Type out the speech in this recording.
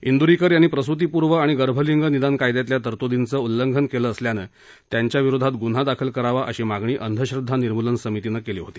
इंदुरीकर यांनी प्रसुतीपूर्व आणि गर्भलिंग निदान कायद्यातल्या तरतुदींचं उल्लंघन केला असल्यानं त्यांच्याविरोधात गुन्हा दाखल करावा अशी मागणी अंधश्रद्धा निर्मूलन समितीनं केली होती